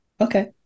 Okay